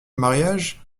mariage